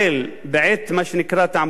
בעת תעמולת בחירות,